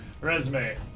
Resume